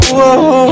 Whoa